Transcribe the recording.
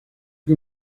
que